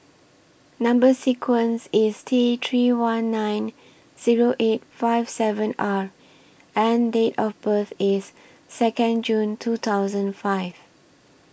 Number sequence IS T three one nine Zero eight five seven R and Date of birth IS Second June two thousand five